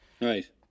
Right